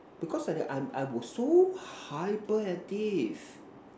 because when you I'm I'm was so hyper active